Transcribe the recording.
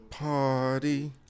Party